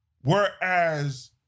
Whereas